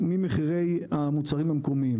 ממחירי המוצרים המקומיים.